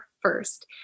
first